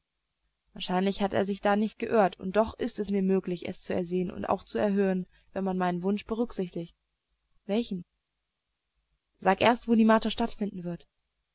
wahrscheinlich hat er sich da nicht geirrt und doch ist es mir möglich es zu ersehen und auch zu erhören wenn man meinen wunsch berücksichtigt welchen sag erst wo die marter stattfinden wird